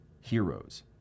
heroes